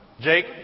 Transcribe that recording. Jake